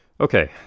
Okay